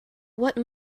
what